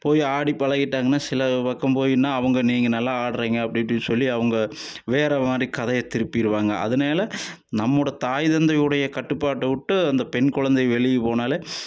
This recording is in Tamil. போய் ஆடி பழகிட்டாங்கனா சில பக்கம் போய் நின்னால் அவங்க நீங்கள் நல்லா ஆடுறிங்க அப்படி இப்படினு சொல்லி அவங்க வேறு மாதிரி கதையை திருப்பிடுவாங்க அதனால நம்முடைய தாய் தந்தையுடைய கட்டுப்பாட்டை விட்டு அந்த பெண் குழந்தை வந்து வெளியே போனால்